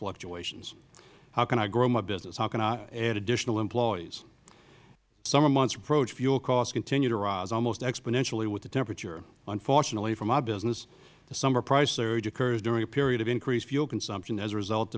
fluctuations how can i grow my business how can i add additional employees as summer months approach fuel costs continue to rise almost expidentially with the temperature unfortunately for my business the summer price surge occurs during a period of increased fuel consumption as a result